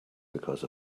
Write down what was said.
because